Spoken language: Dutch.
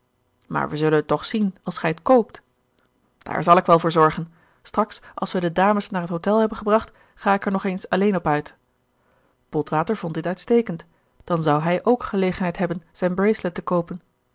maar wij zullen het toch zien als gij t koopt daar zal ik wel voor zorgen straks als wij de dames naar t hotel hebben gebracht ga ik er nog eens alleen op uit botwater vond dit uitstekend dan zou hij ook gelegenheid hebben zijn bracelet te koopen